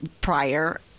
prior